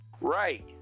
Right